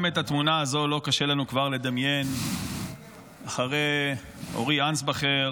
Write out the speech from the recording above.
גם את התמונה הזו כבר לא קשה לנו לדמיין אחרי אורי אנסבכר,